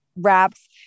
Wraps